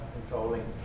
controlling